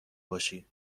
باشی